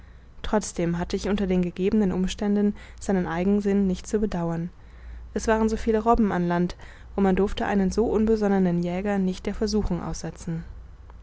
trotzdem hatte ich unter den gegebenen umständen seinen eigensinn nicht zu bedauern es waren so viele robben am lande und man durfte einen so unbesonnenen jäger nicht der versuchung aussetzen